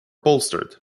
bolstered